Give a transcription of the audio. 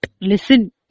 listen